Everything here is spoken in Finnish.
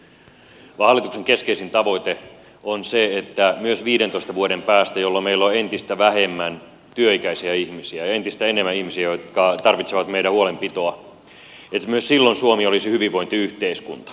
ei vaan hallituksen keskeisin tavoite on se että myös viidentoista vuoden päästä jolloin meillä on entistä vähemmän työikäisiä ihmisiä ja entistä enemmän ihmisiä jotka tarvitsevat meidän huolenpitoamme suomi olisi hyvinvointiyhteiskunta